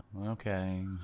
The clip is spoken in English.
okay